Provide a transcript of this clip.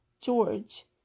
George